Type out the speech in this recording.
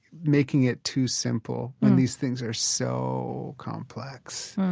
making it too simple, when these things are so complex.